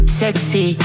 sexy